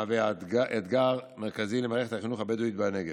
מהווה אתגר מרכזי למערכת החינוך הבדואית בנגב.